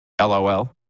LOL